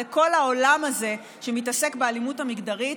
לכל העולם הזה שמתעסק באלימות המגדרית,